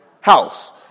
house